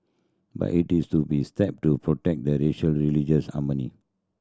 but it is to be step to protect the racial religious harmony